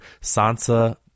sansa